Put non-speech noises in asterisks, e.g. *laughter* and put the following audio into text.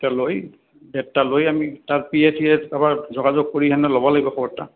*unintelligible* লৈ আমি তাৰ পি এ চি এ কাবাৰ যোগাযোগ কৰি কেনে ল'ব লাগিব খবৰ এটা